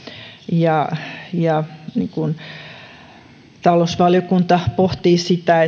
ja ja talousvaliokunta pohtii sitä